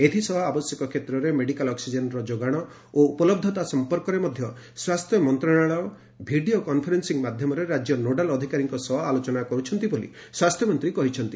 ଏଥିସହ ଆବଶ୍ୟକ କ୍ଷେତ୍ରରେ ମେଡିକାଲ୍ ଅକ୍ସିଜେନର ଯୋଗାଣ ଓ ଉପଲହ୍ଧତା ସମ୍ପର୍କରେ ସ୍ୱାସ୍ଥ୍ୟ ମନ୍ତ୍ରଣାଳୟ ଭିଡିଓ କନଫରେନସିଂ ମାଧ୍ୟମରେ ରାଜ୍ୟ ନୋଡାଲ୍ ଅଧିକାରୀଙ୍କ ସହ ଆଲୋଚନା କରୁଛନ୍ତି ବୋଲି ସ୍ୱାସ୍ଥ୍ୟ ମନ୍ତ୍ରୀ କହିଛନ୍ତି